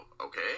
okay